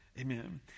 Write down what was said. Amen